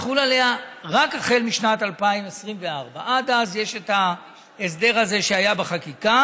יחול עליה רק החל משנת 2024. עד אז יש את ההסדר הזה שהיה בחקיקה.